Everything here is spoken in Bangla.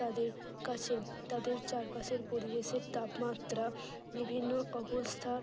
তাদের কাছে তাদের চারপাশের পরিবেশের তাপমাত্রা বিভিন্ন অবস্থার